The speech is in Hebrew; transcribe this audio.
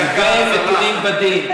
הוו מתונים בדין.